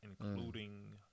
including